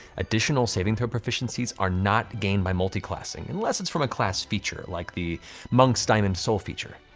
additional saving throw proficiencies are not gained by multiclassing, unless it's from a class feature, like the monk's diamond soul feature.